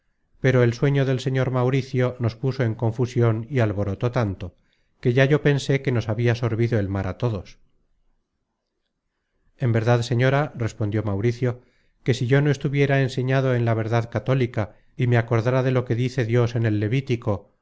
pero el sueño del señor mauricio nos puso en confusion y alborotó tanto que ya yo pensé que nos habia sorbido el mar a todos en verdad señora respondió mauricio que si yo no estuviera enseñado en la verdad católica y me acordára de lo que dice dios en el levítico